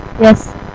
Yes